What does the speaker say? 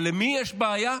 אבל למי יש בעיה?